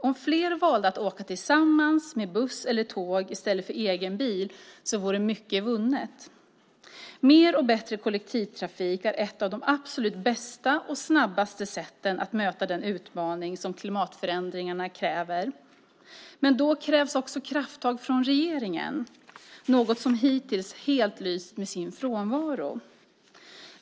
Om fler valde att åka tillsammans med buss eller tåg i stället för med egen bil vore mycket vunnet. Mer och bättre kollektivtrafik är ett av de absolut bästa och snabbaste sätten att möta den utmaning som klimatförändringarna innebär. Men då krävs det också krafttag från regeringen, något som hittills helt har lyst med sin frånvaro.